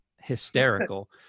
hysterical